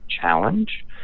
challenge